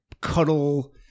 cuddle